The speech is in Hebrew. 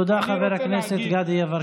תודה, חבר הכנסת גדי יברקן.